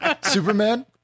Superman